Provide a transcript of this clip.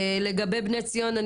לגבי בני ציון,